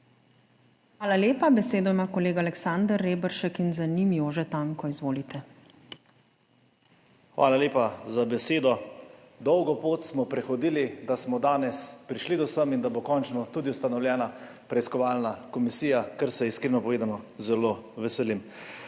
Hvala lepa. Besedo ima kolega Aleksander Reberšek in za njim Jože Tanko. Izvolite. **ALEKSANDER REBERŠEK (PS NSi):** Hvala lepa za besedo. Dolgo pot smo prehodili, da smo danes prišli do sem in da bo končno tudi ustanovljena preiskovalna komisija, česar se iskreno povedano zelo veselim.